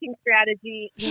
strategy